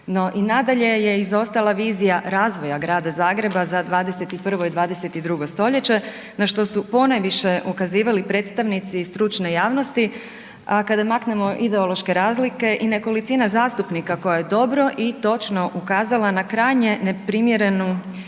nadalje je izostala vizija razvoja Grada Zagreba za 21. i 22. stoljeće na što su ponajviše ukazivali predstavnici stručne javnosti, a kada maknemo ideološke razlike i nekolicina zastupnika koja je dobro i točno ukazala na krajnje neprimjerenu